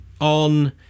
on